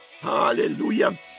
Hallelujah